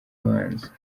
abanza